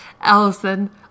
Allison